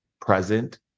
present